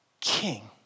king